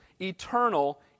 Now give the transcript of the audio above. eternal